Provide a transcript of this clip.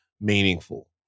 meaningful